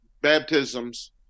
baptisms